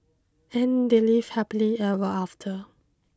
and they lived happily ever after